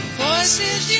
voices